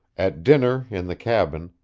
at dinner in the cabin,